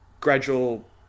gradual